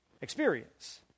experience